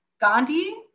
Gandhi